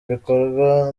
bikorwa